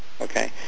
okay